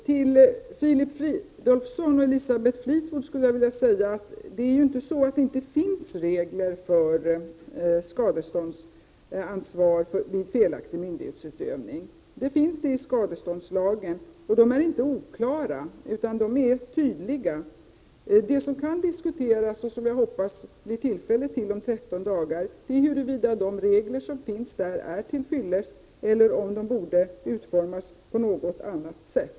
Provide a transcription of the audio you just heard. Till Filip Fridolfsson och Elisabeth Fleetwood skulle jag vilja säga att det inte alls är så att det inte finns regler för skadeståndsansvar vid felaktig myndighetsutövning. Det finns regler i skadeståndslagen. De är inte oklara utan tydliga. Jag hoppas att vi om 13 dagar kan diskutera huruvida de regler som finns är till fyllest eller om de borde utformas på något annat sätt.